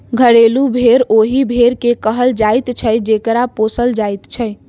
घरेलू भेंड़ ओहि भेंड़ के कहल जाइत छै जकरा पोसल जाइत छै